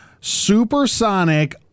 supersonic